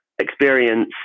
experience